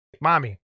Mommy